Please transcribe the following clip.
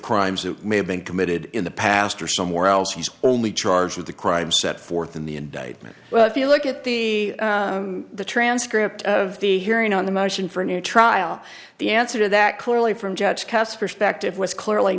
crimes that may have been committed in the past or somewhere else he's only charged with the crime set forth in the indictment well if you look at the the transcript of the hearing on the motion for a new trial the answer to that clearly from judge cast perspective was clearly